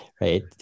right